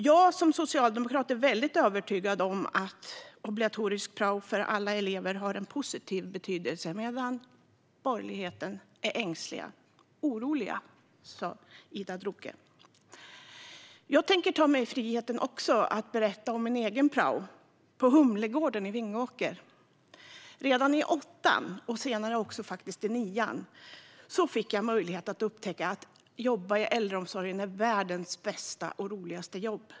Jag som socialdemokrat är övertygad om att obligatorisk prao för alla elever har en positiv betydelse, medan borgerligheten är ängslig, eller orolig, som Ida Drougge sa. Även jag tänker ta mig friheten att berätta om min egen prao, på Humlegården i Vingåker. Redan i åttan, och senare även i nian, fick jag möjlighet att upptäcka att arbete i äldreomsorgen är världens bästa och roligaste jobb.